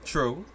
True